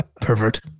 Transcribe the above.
Pervert